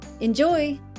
Enjoy